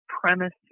premise